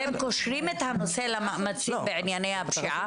אתם קושרים את הנושא למאמצים בענייני הפשיעה?